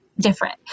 different